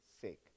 sake